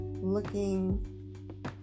looking